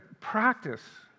practice